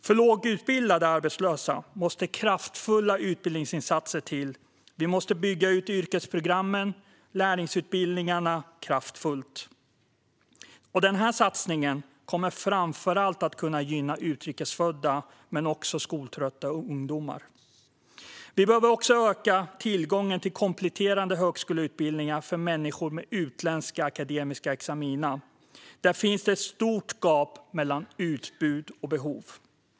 För lågutbildade arbetslösa måste kraftfulla utbildningsinsatser till. Vi måste bygga ut yrkesprogrammen och lärlingsutbildningarna kraftfullt. Den här satsningen kommer framför allt att kunna gynna utrikesfödda, men också skoltrötta ungdomar. Vi behöver också öka tillgången till kompletterande högskoleutbildningar för människor med utländska akademiska examina. Där finns det ett stort gap mellan utbud och behov.